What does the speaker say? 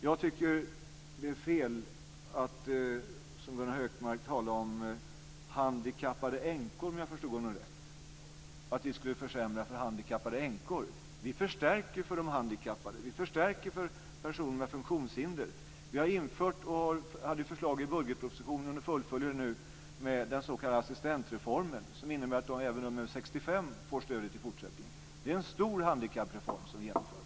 Jag tycker att det är fel att som Gunnar Hökmark tala om att vi skulle försämra för handikappade änkor, om jag förstod honom rätt. Vi förstärker för de handikappade. Vi förstärker för personer med funktionshinder. Vi hade förslag i budgetpropositionen - och fullföljer det nu - om den s.k. assistansreformen. Det innebär att även de över 65 år får stödet i fortsättningen. Det är en stor handikappreform som vi genomför.